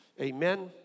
amen